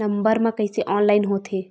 Number मा कइसे online होथे?